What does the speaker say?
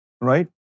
Right